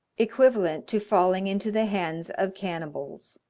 equivalent to falling into the hands of cannibals.